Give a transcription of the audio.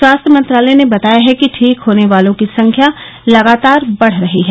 स्वास्थ्य मंत्रालय ने बताया है कि ठीक होने वालों की संख्या लगातार बढ रही है